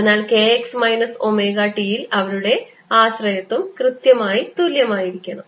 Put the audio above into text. അതിനാൽ k x minus omega t യിൽ അവരുടെ ആശ്രയത്വം കൃത്യമായി തുല്യമായിരിക്കണം